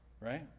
right